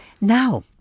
Now